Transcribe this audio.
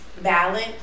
balance